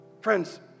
Friends